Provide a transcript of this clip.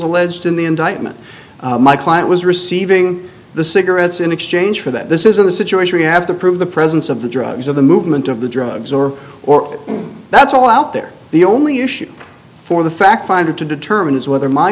alleged in the indictment my client was receiving the cigarettes in exchange for that this isn't a situation you have to prove the presence of the drugs or the movement of the drugs or or that's all out there the only issue for the fact finder to determine is whether my